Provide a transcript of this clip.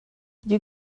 you